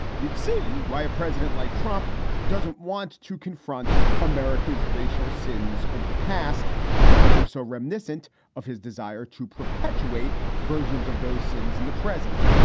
you'd see why a president like trump doesn't want to confront america's racial sins of the past because they're so reminiscent of his desire to perpetuate versions of those sins in the present.